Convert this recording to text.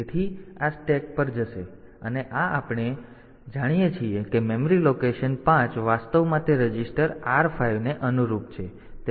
તેથી આ સ્ટેક પર જશે અને આ આપણે જાણીએ છીએ કે મેમરી લોકેશન 5 વાસ્તવમાં તે રજીસ્ટર R5 ને અનુરૂપ છે